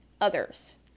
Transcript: others